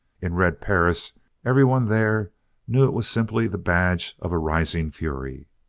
in red perris everyone there knew it was simply the badge of a rising fury.